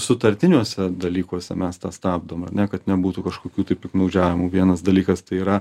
sutartiniuose dalykuose mes tą stabdom ar ne kad nebūtų kažkokių tai piktnaudžiavimų vienas dalykas tai yra